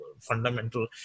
fundamental